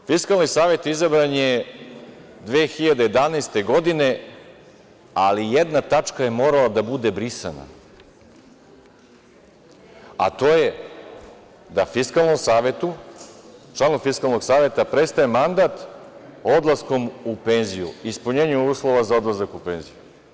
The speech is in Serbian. Fiskalni savet izabran je 2011. godine, ali jedna tačke je morala da bude brisana, a to je da članu Fiskalnog saveta prestaje mandat odlaskom u penziju, ispunjenjem uslova za odlazak u penziju.